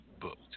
booked